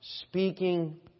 speaking